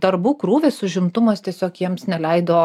darbų krūvis užimtumas tiesiog jiems neleido